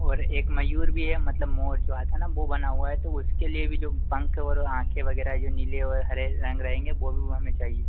और एक मयूर भी है मतलब मोर जो आता है ना वह बना हुआ है तो उसके लिए भी जो पंख और आँखें वग़ैरह है जो नीले और हरे रंग रहेंगे वह भी हमें चाहिए